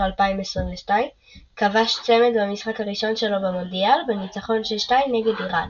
2022 כבש צמד במשחק הראשון שלו במונדיאל בניצחון 6–2 נגד איראן.